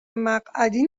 مقعدی